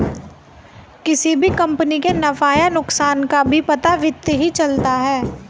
किसी भी कम्पनी के नफ़ा या नुकसान का भी पता वित्त ही चलता है